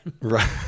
Right